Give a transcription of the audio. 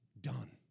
done